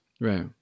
right